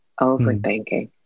overthinking